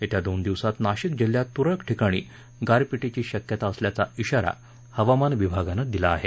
येत्या दोन दिवसात नाशिक जिल्ह्यात तुरळक ठिकाणी गारपिटीची शक्यता असल्याचा श्राारा हवामान विभागानं दिला आहे